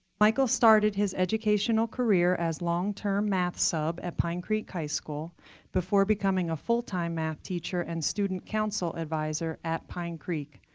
michael started his educational career as long-term math sub at pine creek high school before becoming a full-time math teacher and student council advisor at pine creek,